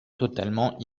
totalement